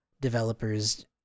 developers